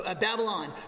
Babylon